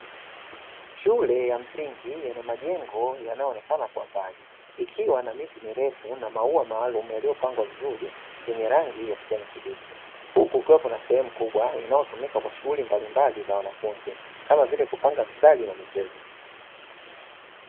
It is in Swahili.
Shule ya msingi yenye majengo yanayoonekana kwa mbali, ikiwa na miti mirefu na maua maalumu yaliyopangwa vizuri yenye rangi ya kijani kibichi, huku kukiwa kuna sehemu kubwa inayotumika kwa shughuli mbalimbali za wanafunzi, kama vile kupanga mistari na michezo.